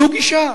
זו גישה,